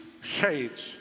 shades